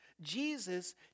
Jesus